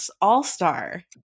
All-Star